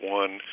one